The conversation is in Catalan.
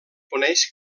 coneix